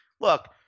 Look